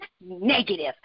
negative